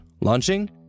launching